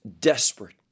desperate